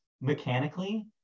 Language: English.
mechanically